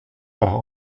par